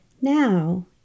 Now